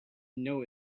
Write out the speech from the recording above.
know